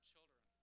children